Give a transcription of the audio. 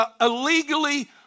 illegally